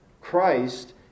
Christ